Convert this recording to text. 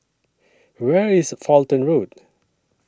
Where IS Fulton Road